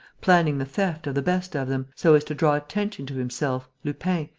planning the theft of the best of them, so as to draw attention to himself, lupin,